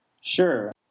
sure